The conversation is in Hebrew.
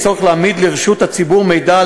יש צורך להעמיד לרשות הציבור מידע על